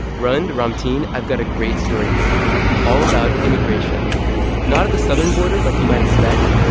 rund, ramtin i've got a great story for you all about immigration not at the southern border like you might expect,